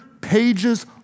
pages